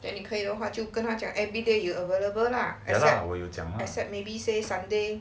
then 你可以的话就跟他讲 everyday you available lah except except maybe say say sunday